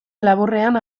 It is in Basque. laburrean